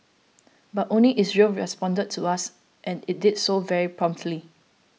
but only Israel responded to us and it did so very promptly